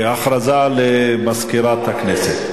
הודעה למזכירת הכנסת,